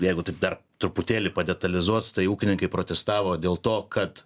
jeigu taip dar truputėlį padetalizuot tai ūkininkai protestavo dėl to kad